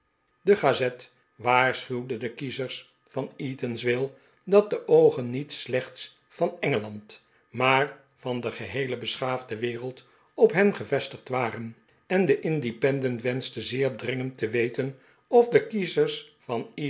de gazette waarschuwde de kiezers van eatanswill dat de oogen niet slechts van engeland maar van de geheele beschaafde wereld op hen gevestigd waren en de independent wenschte zeer dringend te weten of de kiezers van